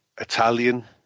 Italian